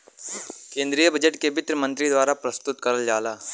केन्द्रीय बजट के वित्त मन्त्री द्वारा प्रस्तुत करल जाला